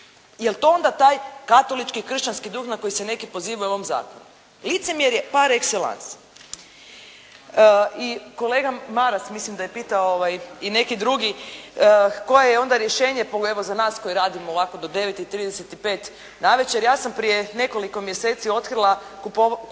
jel' to onda taj katolički kršćanski duh na koji se neki pozivaju u ovom zakonu. Licemjerje par exellance. I kolega Maras mislim da je pitao i neki i neki drugi koje je onda rješenje evo za nas koji radimo ovako do 9 i 35 navečer. Ja sam prije nekoliko mjeseci otkrila kupovinu